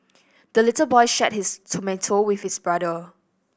the little boy shared his tomato with his brother